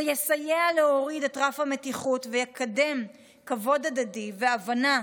זה יסייע להוריד את רף המתיחות ויקדם כבוד הדדי והבנה.